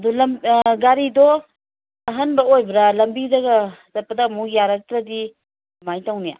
ꯑꯗꯨ ꯑꯥ ꯒꯥꯔꯤꯗꯣ ꯑꯍꯟꯕ ꯑꯣꯏꯕ꯭ꯔꯥ ꯂꯝꯕꯤꯗꯒ ꯆꯠꯄꯗ ꯑꯃꯨꯛ ꯌꯥꯔꯛꯇ꯭ꯔꯗꯤ ꯀꯃꯥꯏꯅ ꯇꯧꯅꯤ